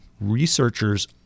researchers